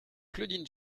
claudine